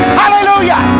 hallelujah